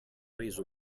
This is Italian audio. reso